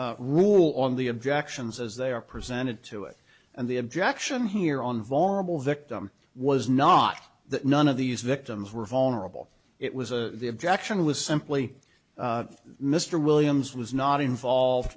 to rule on the objections as they are presented to it and the objection here on vulnerable victim was not that none of these victims were vulnerable it was a the objection was simply mr williams was not involved